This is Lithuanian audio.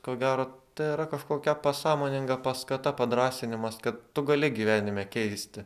ko gero tai yra kažkokia pasąmoninga paskata padrąsinimas kad tu gali gyvenime keisti